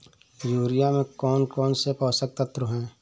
Urea में कौन कौन से पोषक तत्व है?